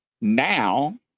now